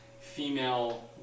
female